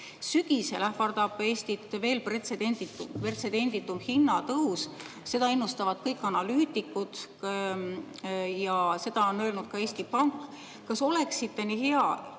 Sügisel ähvardab Eestit veel pretsedenditu hinnatõus, seda ennustavad kõik analüütikud ja seda on öelnud ka Eesti Pank. Kas oleksite nii hea